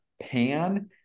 pan